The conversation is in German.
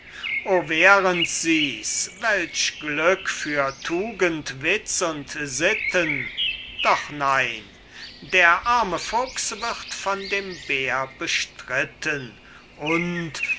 wären sies welch glück für tugend witz und sitten doch nein der arme fuchs wird von dem bär bestritten und